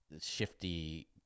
shifty